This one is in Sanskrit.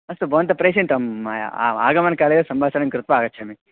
अस्तु भवन्तः प्रेषितम् आगमनकाले सम्भाषणं कृत्वा आगच्छामि